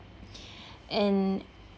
and